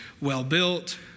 well-built